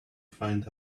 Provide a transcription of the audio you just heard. find